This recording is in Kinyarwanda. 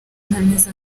ntameze